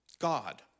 God